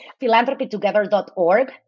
philanthropytogether.org